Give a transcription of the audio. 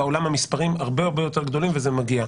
בעולם המספרים הרבה-הרבה יותר גדולים וזה מגיע.